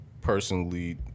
personally